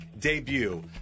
debut